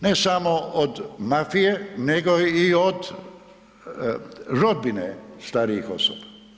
Ne samo od mafije nego i od rodbine starijih osoba.